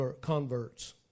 converts